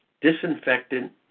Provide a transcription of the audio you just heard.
disinfectant